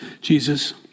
Jesus